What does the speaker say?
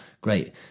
great